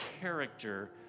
character